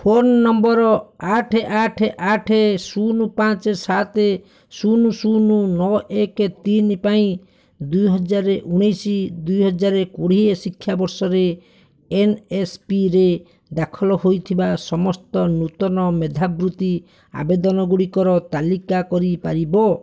phone number ଆଠେ ଆଠେ ଆଠେ ଶୂନ ପାଞ୍ଚେ ସାତେ ଶୂନ ଶୂନ ନଅ ଏକେ ତିନି ପାଇଁ ଦୁଇ ହଜାର ଉଣେଇଶି ଦୁଇ ହଜାର କୋଡ଼ିଏ ଶିକ୍ଷାବର୍ଷରେ ଏନ୍ଏସ୍ପିରେ ଦାଖଲ ହୋଇଥିବା ସମସ୍ତ ନୂତନ ମେଧାବୃତ୍ତି ଆବେଦନ ଗୁଡ଼ିକର ତାଲିକା କରିପାରିବ